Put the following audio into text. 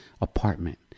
apartment